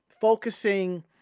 focusing